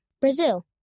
Brazil